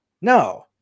No